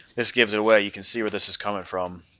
this gives away you can see where this is coming from